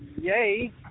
Yay